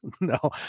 no